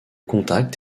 contact